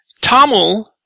Tamil